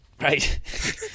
right